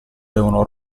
devono